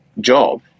job